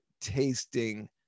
tasting